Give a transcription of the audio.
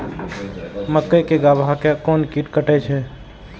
मक्के के गाभा के कोन कीट कटे छे?